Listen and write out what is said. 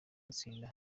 gutsinda